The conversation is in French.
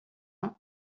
ans